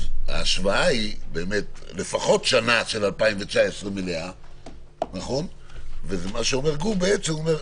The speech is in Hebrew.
ההשוואה היא לפחות לשנה מלאה של 2019. גור אומר: